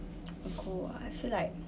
oh cool I feel like